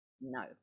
No